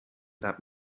that